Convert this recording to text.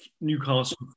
Newcastle